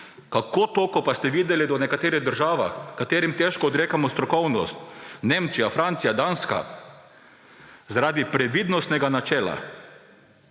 Kako to, ko pa ste videli, da v nekaterih državah, katerim težko odrekamo strokovnost – Nemčija, Francija, Danska –, zaradi previdnostnega načela